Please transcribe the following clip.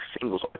singles